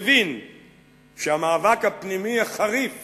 מבין שהמאבק הפנימי החריף